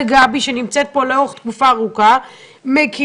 וגבי שנמצאת פה לאורך תקופה ארוכה ומכירה,